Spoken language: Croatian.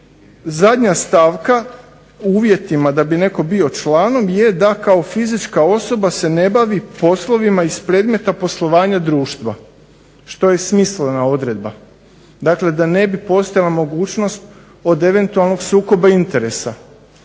zadnja stavka u uvjetima da bi netko bio članom, je da kao fizička osoba se ne bavi poslovima iz predmeta poslovanja društva što je i smislena odredba. Dakle, da ne bi postojala mogućnost od eventualnog sukoba interesa.